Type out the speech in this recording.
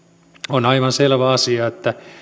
on aivan selvä asia että